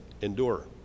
Endure